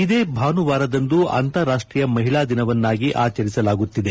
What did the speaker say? ಇದೇ ಭಾನುವಾರದಂದು ಅಂತಾರಾಷ್ಟೀಯ ಮಹಿಳಾ ದಿನವನ್ನಾಗಿ ಆಚರಿಸಲಾಗುತ್ತಿದೆ